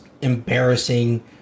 Embarrassing